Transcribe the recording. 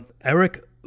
Eric